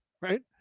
right